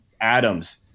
Adams